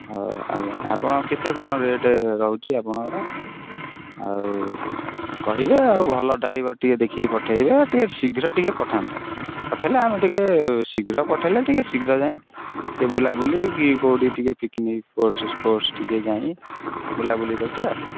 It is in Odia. ହଉ ଆଜ୍ଞା ଆପଣ କେତେ କ'ଣ ରେଟ୍ ରହୁଛି ଆପଣଙ୍କର ଆଉ କହିବେ ଆଉ ଭଲ ଡ୍ରାଇଭର୍ ଟିକିଏ ଦେଖିକି ପଠାଇବେ ଟିକିଏ ଶୀଘ୍ର ଟିକିଏ ପଠାନ୍ତୁ ପଠାଇଲେ ଆମେ ଟିକିଏ ଶୀଘ୍ର ପଠାଇଲେ ଟିକିଏ ଶୀଘ୍ର ଯାଇ ଟିକିଏ ବୁଲାବୁଲିି କି କେଉଁଠି ଟିକିଏ ପିକ୍ନିକ୍ ସ୍ପଟ୍ ସ୍ପଟ୍ କେ ଯାଇ ବୁଲାବୁଲି କରି ଟିକିଏ ଆସିଥାନ୍ତୁ